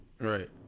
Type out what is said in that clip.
Right